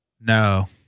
no